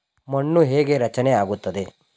ಮಣ್ಣು ಹೇಗೆ ರಚನೆ ಆಗುತ್ತದೆ?